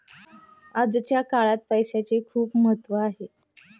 आजच्या काळात पैसाचे खूप महत्त्व आहे